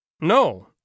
no